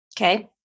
Okay